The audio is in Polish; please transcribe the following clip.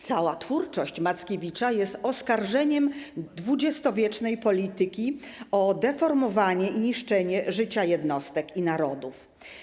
Cała twórczość Mackiewicza jest oskarżeniem XX-wiecznej polityki o deformowanie i niszczenie życia jednostek i narodów.